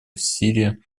усилия